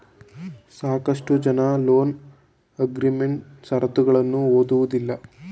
ಸಾಕಷ್ಟು ಜನ loan agreement ಶರತ್ತುಗಳನ್ನು ಓದುವುದಿಲ್ಲ